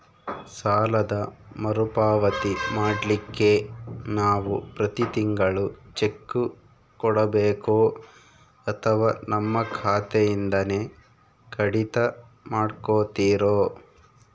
ಸಾಲದ ಮರುಪಾವತಿ ಮಾಡ್ಲಿಕ್ಕೆ ನಾವು ಪ್ರತಿ ತಿಂಗಳು ಚೆಕ್ಕು ಕೊಡಬೇಕೋ ಅಥವಾ ನಮ್ಮ ಖಾತೆಯಿಂದನೆ ಕಡಿತ ಮಾಡ್ಕೊತಿರೋ?